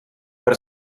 per